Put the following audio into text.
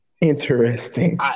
Interesting